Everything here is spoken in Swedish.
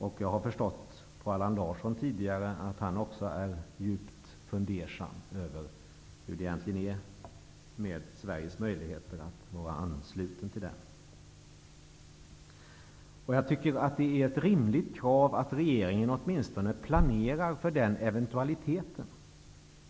På Allan Larsson har jag också tidigare förstått att han är djupt fundersam över hur det egentligen är med Sveriges möjligheter att ansluta sig till unionen. Det är ett rimligt krav att regeringen åtminstone planerar för en annan eventualitet.